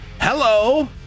Hello